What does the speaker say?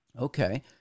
Okay